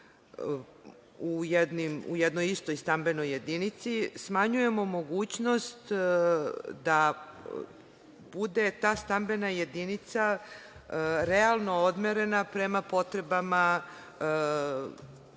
u jednoj istoj stambenoj jedinici, smanjujemo mogućnost da bude ta stambena jedinica realno odmerena prema potrebama